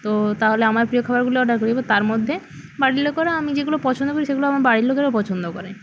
তো তাহলে আমার প্রিয় খাবারগুলো অর্ডার করি এবার তার মধ্যে বাড়ির লোকেরও আমি যেগুলো পছন্দ করি সেগুলো আমার বাড়ির লোকেরাও পছন্দ করে